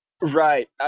Right